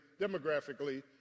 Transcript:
demographically